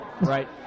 Right